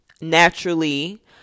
naturally